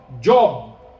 job